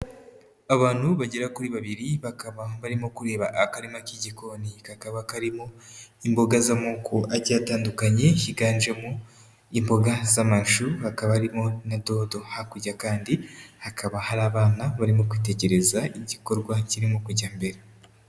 Abantu bagera kuri babiri, bakaba barimo kureba akarima k'igikoni. Kakaba karimo imboga z'amoko agiye atandukanye, higanjemo imboga z'amashu, hakaba harimo na dodo. Hakurya kandi hakaba hari abana barimo kwitegereza igikorwa kirimo kujya mbere.